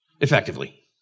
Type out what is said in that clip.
effectively